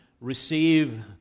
receive